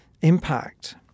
impact